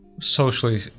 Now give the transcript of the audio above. socially